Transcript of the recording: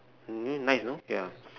mm hmm nice no ya